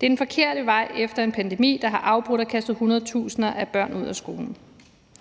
Det er den forkerte vej efter en pandemi, der har afbrudt og kastet hundredtusinder af børn ud af skolen.